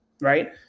right